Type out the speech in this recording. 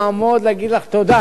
לעמוד ולהגיד לך תודה